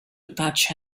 attach